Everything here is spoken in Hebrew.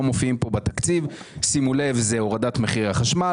מופיעים בתקציב - הורדת מחירי החשמל,